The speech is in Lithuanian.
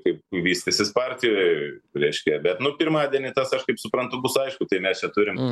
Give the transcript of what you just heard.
kaip vystysis partijoj reiškia bet nu pirmadienį tas aš kaip suprantu bus aišku tai mes čia turim